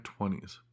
20s